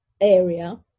area